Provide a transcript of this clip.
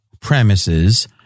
premises